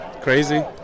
crazy